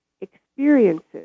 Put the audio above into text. experiences